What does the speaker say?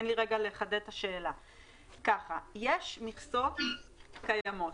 יש מכסות קיימות.